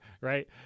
Right